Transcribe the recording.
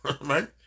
right